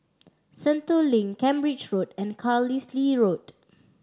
Sentul Link Cambridge Road and Carlisle Road